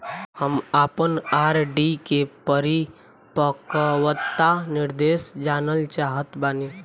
हम आपन आर.डी के परिपक्वता निर्देश जानल चाहत बानी